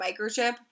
microchip